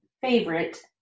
favorite